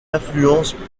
influence